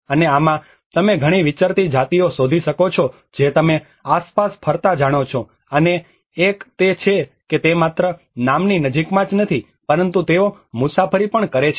અને આમાં તમે ઘણી વિચરતી જાતિઓ શોધી શકો છો જે તમે આસપાસ ફરતા જાણો છો અને એક તે છે કે તે માત્ર નામની નજીકમાં જ નથી પરંતુ તેઓ મુસાફરી પણ કરે છે